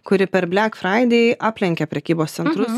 kuri per blek fraidei aplenkia prekybos centrus